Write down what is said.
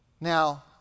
Now